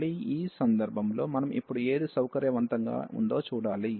మళ్ళీ ఈ సందర్భంలో మనం ఇప్పుడు ఏది సౌకర్యవంతంగా ఉందో చూడాలి